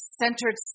centered